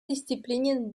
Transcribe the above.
disziplinen